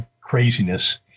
craziness